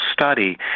study